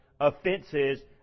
offenses